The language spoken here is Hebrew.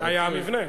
זה היה המבנה.